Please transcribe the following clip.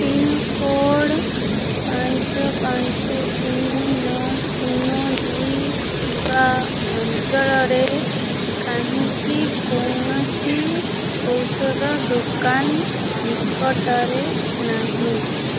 pincode ପାଞ୍ଚ ପାଞ୍ଚ ତିନି ନଅ ଶୂନ ଦୁଇ ଥିବା ଅଞ୍ଚଳରେ କାହିଁକି କୌଣସି ଔଷଧ ଦୋକାନ ନିକଟରେ ନାହିଁ